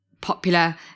popular